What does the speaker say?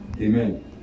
Amen